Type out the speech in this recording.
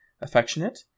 Affectionate